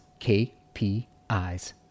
KPIs